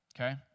Okay